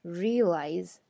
realize